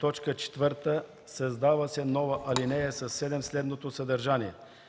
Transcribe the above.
„4. Създава се нова ал. 7 със следното съдържание: